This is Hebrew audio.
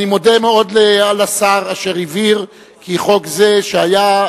אני מודה מאוד לשר אשר הבהיר כי חוק זה שהיה,